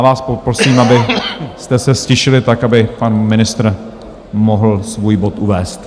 Vás poprosím, abyste se ztišili tak, aby pan ministr mohl svůj bod uvést.